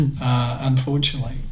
unfortunately